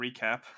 recap